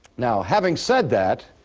now, having said that,